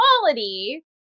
quality